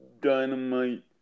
Dynamite